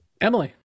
Emily